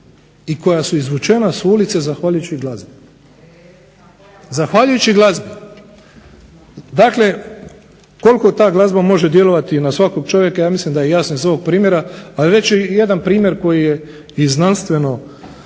i koja su izvučena s ulice zahvaljujući glazbi. Dakle, koliko ta glazba može djelovati na svakog čovjeka, ja mislim da je jasno iz ovog primjera. Ali reći ću i jedan primjer koji je i znanstveno